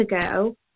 ago